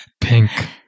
pink